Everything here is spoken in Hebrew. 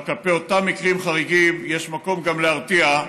אבל כלפי אותם מקרים חריגים יש מקום גם להרתיע,